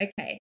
okay